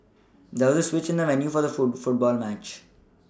there was a switch in the venue for the foot football match